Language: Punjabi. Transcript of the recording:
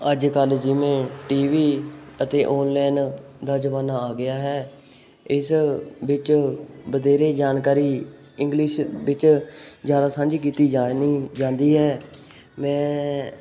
ਅੱਜ ਕੱਲ੍ਹ ਜਿਵੇਂ ਟੀ ਵੀ ਅਤੇ ਔਨਲਾਈਨ ਦਾ ਜ਼ਮਾਨਾ ਆ ਗਿਆ ਹੈ ਇਸ ਵਿੱਚ ਵਧੇਰੇ ਜਾਣਕਾਰੀ ਇੰਗਲਿਸ਼ ਵਿੱਚ ਜ਼ਿਆਦਾ ਸਾਂਝੀ ਕੀਤੀ ਜਾ ਨੀ ਜਾਂਦੀ ਹੈ ਮੈਂ